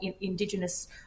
indigenous